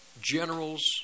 generals